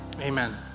amen